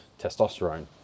testosterone